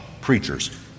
preachers